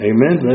Amen